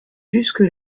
jusque